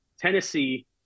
Tennessee